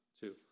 two